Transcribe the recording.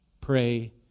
pray